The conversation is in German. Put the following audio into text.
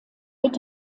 wird